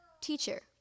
Teacher